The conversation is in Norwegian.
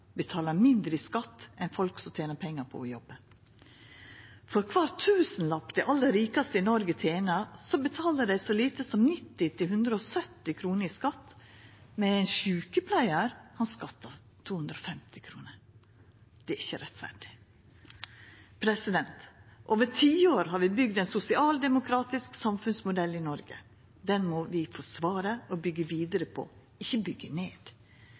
betalar mindre i skatt enn folk som tener pengar på å jobbe. For kvar tusenlapp dei aller rikaste i Noreg tener, betalar dei så lite som 90– 170 kr i skatt, mens ein sjukepleiar skattar 250 kr. Det er ikkje rettferdig. Over tiår har vi bygd ein sosialdemokratisk samfunnsmodell i Noreg. Den må vi forsvara og byggja vidare på – ikkje byggja ned.